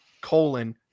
colon